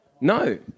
No